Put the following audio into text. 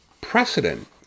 precedent